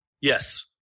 Yes